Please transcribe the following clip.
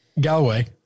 Galloway